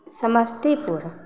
Samastipur